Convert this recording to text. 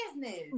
business